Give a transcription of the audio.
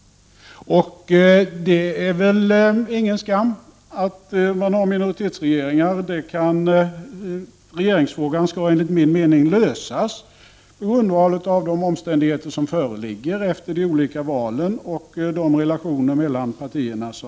Det är väl ingen skam att ha minoritetsregeringar! Regeringsfrågan skall enligt min mening lösas på grundval av de omständigheter som föreligger efter de olika valen med hänsyn till relationerna mellan partierna.